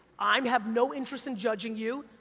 i um have no interest in judging you,